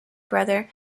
brother